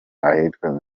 ahitwa